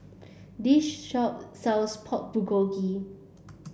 this shop sells Pork Bulgogi